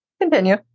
Continue